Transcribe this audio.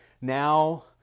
Now